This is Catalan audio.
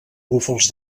búfals